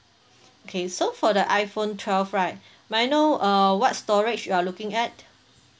okay so for the iphone twelve right may I know err what storage you're looking at